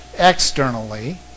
externally